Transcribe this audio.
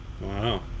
Wow